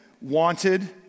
wanted